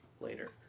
later